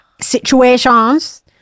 situations